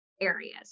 areas